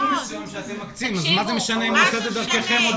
משנה אם הוא עשה את זה פרטי או דרככם?